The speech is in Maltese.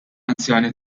anzjani